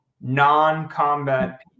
non-combat